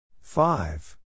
Five